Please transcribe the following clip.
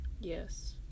yes